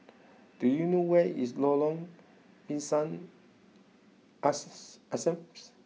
do you know where is Lorong Pisang asses Asam